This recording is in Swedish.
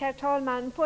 Herr talman! När